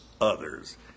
others